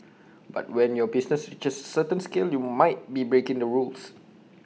but when your business reaches A certain scale you might be breaking the rules